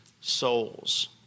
souls